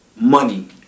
money